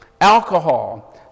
alcohol